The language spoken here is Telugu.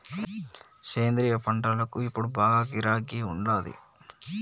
సేంద్రియ పంటలకు ఇప్పుడు బాగా గిరాకీ ఉండాది